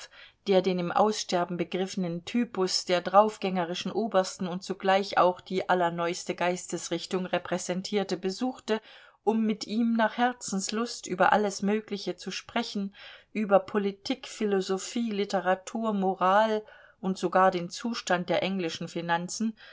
der den im aussterben begriffenen typus der draufgängerischen obersten und zugleich auch die allerneueste geistesrichtung repräsentierte besuchte um mit ihm nach herzenslust über alles mögliche zu sprechen über politik philosophie literatur moral und sogar den zustand der englischen finanzen